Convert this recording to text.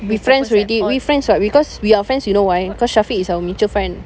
we friends already we friends [what] because we are friends you know why cause syafiq is our mutual friend